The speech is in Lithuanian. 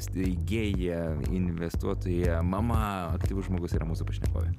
steigėja investuotoja mama aktyvus žmogus yra mūsų pašnekovė